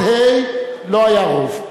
עד האות ה"א לא היה רוב.